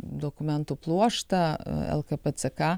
dokumentų pluoštą lkp ck